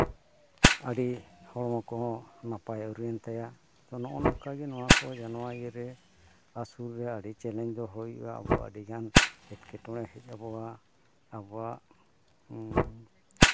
ᱟᱹᱰᱤ ᱦᱚᱲᱢᱚ ᱠᱚᱦᱚᱸ ᱱᱟᱯᱟᱭ ᱟᱹᱨᱩᱭᱮᱱ ᱛᱟᱭᱟ ᱛᱚ ᱱᱚᱜᱼᱚ ᱱᱚᱝᱠᱟᱜᱮ ᱱᱚᱣᱟ ᱠᱚ ᱡᱟᱱᱚᱣᱟᱨ ᱤᱭᱟᱹ ᱨᱮ ᱟᱹᱥᱩᱞ ᱨᱮ ᱟᱹᱰᱤ ᱪᱮᱞᱮᱧᱡᱽ ᱫᱚ ᱦᱩᱭᱩᱜᱼᱟ ᱟᱵᱚᱣᱟᱜ ᱟᱹᱰᱤ ᱜᱟᱱ ᱮᱸᱴᱠᱮᱴᱚᱬᱮ ᱦᱮᱡ ᱟᱵᱚᱱᱟ ᱟᱵᱚᱣᱟᱜ